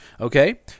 Okay